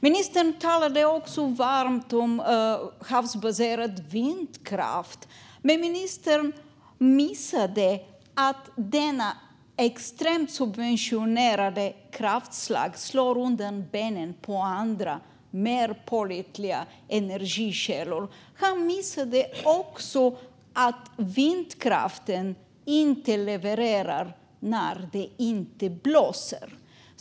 Ministern talade också varmt om havsbaserad vindkraft, men han missade att detta extremt subventionerade kraftslag slår undan benen på andra, mer pålitliga, energikällor. Han missade också att vindkraften inte levererar när det inte blåser.